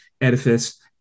edifice